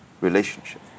relationship